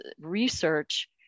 research